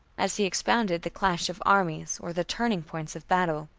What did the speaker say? as he expounded the clash of armies or the turning points of battle.